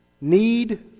need